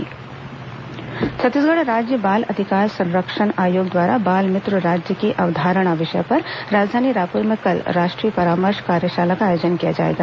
राष्ट्रीय परामर्श कार्यशाला छत्तीसगढ़ राज्य बाल अधिकार संरक्षण आयोग द्वारा बाल मित्र राज्य की अवधारणा विषय पर राजधानी रायपुर में कल राष्ट्रीय परामर्श कार्यशाला का आयोजन किया जाएगा